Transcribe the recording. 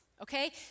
okay